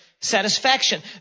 satisfaction